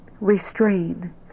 restrain